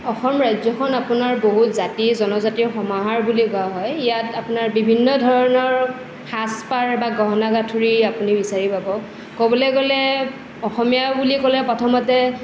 অসম ৰাজ্যখন আপোনাৰ বহুত জাতি জনজাতিৰ সমাহাৰ বুলি কোৱা হয় ইয়াত আপোনাৰ বিভিন্ন ধৰণৰ হাজপাৰ বা গহনা গাঠৰি আপুনি বিচাৰি পাব কবলৈ গ'লে অসমীয়া বুলি ক'লে প্ৰথমতে